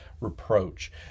reproach